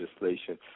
legislation